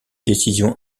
décisions